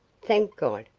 thank god,